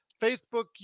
Facebook